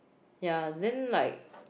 ya then like